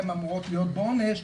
הן אמורות להיות בעונש,